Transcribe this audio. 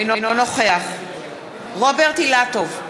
אינו נוכח רוברט אילטוב,